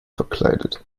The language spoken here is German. verkleidet